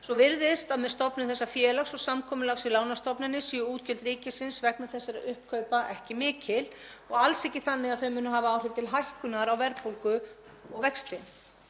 Svo virðist að með stofnun þessa félags og samkomulags við lánastofnanir séu útgjöld ríkisins vegna þessara uppkaupa ekki mikil og alls ekki þannig að þau muni hafa áhrif til hækkunar á verðbólgu og vöxtum.